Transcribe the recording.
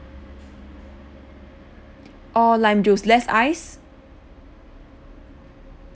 all lime juice less ice